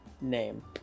name